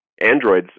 androids